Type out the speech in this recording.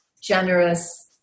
generous